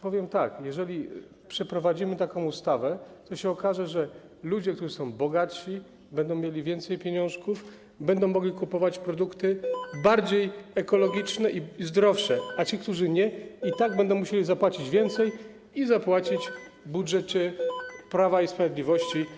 Powiem tak: jeżeli przeprowadzimy taką ustawę, to się okaże, że ludzie, którzy będą bogatsi, będą mieli więcej pieniążków, będą mogli kupować produkty bardziej ekologiczne i zdrowsze, a Ci, którzy nie będą mieli, będą musieli zapłacić więcej, wpłacić do budżetu Prawa i Sprawiedliwości